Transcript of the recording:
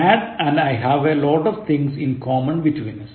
8 Dad and I have a lot of things in common between us